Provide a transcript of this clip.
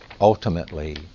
ultimately